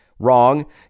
wrong